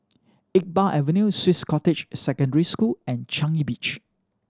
Iqbal Avenue Swiss Cottage Secondary School and Changi Beach